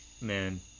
man